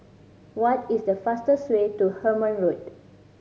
what is the fastest way to Hemmant Road